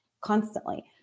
constantly